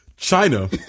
China